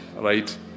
right